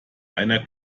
einer